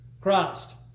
Christ